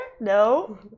No